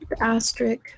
asterisk